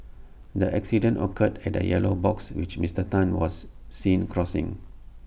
the accident occurred at A yellow box which Mister Tan was seen crossing